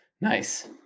Nice